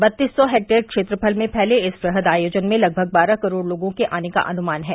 बत्तीस सौ हेक्टेयर क्षेत्रफल में फैले इस वृहद आयोजन में लगभग बारह करोड़ लोगों के आने का अनुमान है